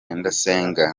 ndasenga